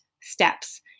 steps